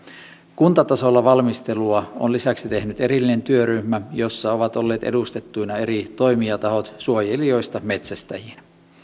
kuntatasolla valmistelua on lisäksi tehnyt erillinen työryhmä jossa ovat olleet edustettuina eri toimijatahot suojelijoista metsästäjiin